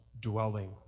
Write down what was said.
dwelling